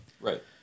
Right